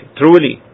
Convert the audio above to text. truly